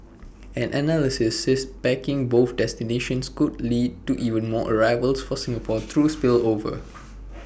an analyst said packaging both destinations could lead to even more arrivals for Singapore through spillover